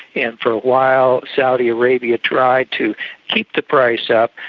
and for a while saudi arabia tried to keep the price up,